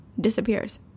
disappears